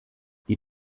die